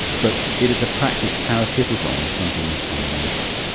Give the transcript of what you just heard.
but it is a practice parasitic on something more fundamental.